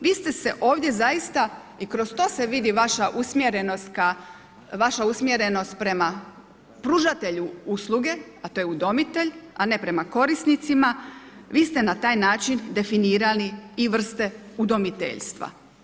Vi ste se ovdje zaista i kroz to se vidi vaša usmjerenost prema pružatelju usluge, a to je udomitelj, a ne prema korisnicima, vi ste na taj način definirali i vrste udomiteljstva.